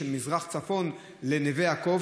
צפון מזרחית לנווה יעקב,